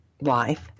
life